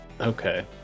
Okay